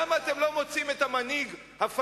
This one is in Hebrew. למה אתם לא מוצאים את המנהיג הפלסטיני?